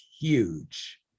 huge